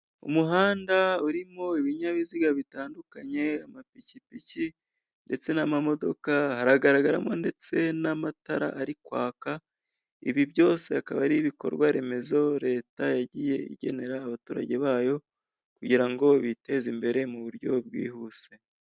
Umuhanda urimo ibinyabiziga bitandukanye, amapikipiki ndetse n'amamodoka, haragaragaramo ndetse n'amatara ari kwaka, ibi byose akaba ari ibikorwaremezo Leta yagiye igenera abaturage bayo kugira ngo biteze imbere mu buryo bwihuse.